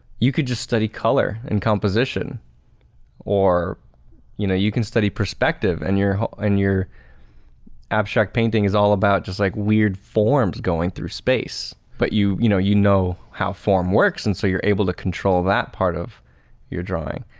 you could just study color and composition or you know, you can study perspective and and your abstract painting is all about just like weird forms going through space but you, you know, you know how form works and so you're able to control that part of your drawing.